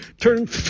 turn